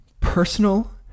personal